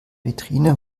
vitrine